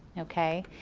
okay.